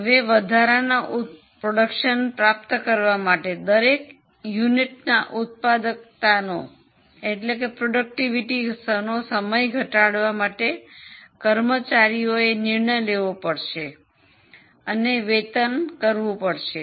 હવે વધારાના ઉત્પાદન પ્રાપ્ત કરવા માટે દરેક એકમના ઉત્પાદકતાનો સમયને ઘટાડવા માટે કર્મચારીઓ એ નિર્ણય લેવો પડશે અને વેતન કરવી પડશે